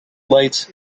lights